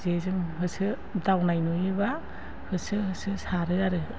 जेजों होसो दावनाय नुयोबा होसो होसो सारो आरो